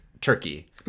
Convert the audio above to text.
turkey